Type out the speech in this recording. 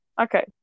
Okay